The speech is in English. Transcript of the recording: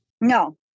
No